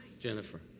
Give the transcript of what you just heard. Jennifer